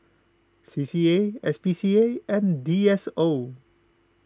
C C A S P C A and D S O